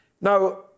Now